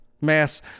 mass